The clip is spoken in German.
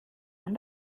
man